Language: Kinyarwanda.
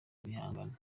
bihangano